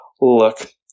Look